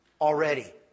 already